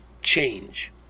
Change